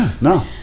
No